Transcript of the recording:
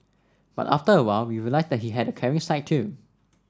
but after a while we realised that he had a caring side too